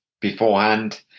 beforehand